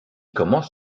commence